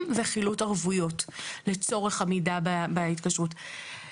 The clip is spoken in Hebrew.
וחילוט ערבויות לצורך עמידה בהתקשרות.